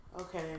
Okay